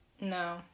No